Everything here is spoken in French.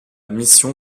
mission